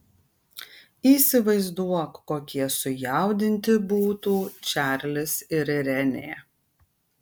įsivaizduok kokie sujaudinti būtų čarlis ir renė